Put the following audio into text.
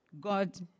God